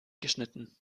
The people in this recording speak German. geschnitten